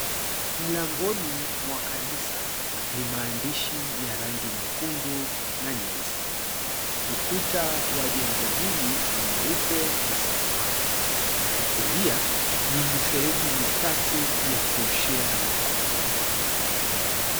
Mlangoni mwa kanisa ni maandishi ya rangi nyekundu na nyeusi. Ukuta wa jengo hili ni nyeupe na samawati. Kulia ni mifereji mitatu ya kuoshea mikono.